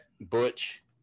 Butch